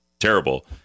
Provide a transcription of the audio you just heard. terrible